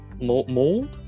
mold